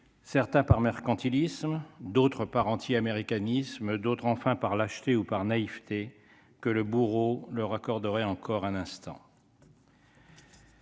certains par mercantilisme, d'autre part, anti-américanisme, d'autres enfin, par lâcheté ou par naïveté que le bourreau le record devrait encore un instant.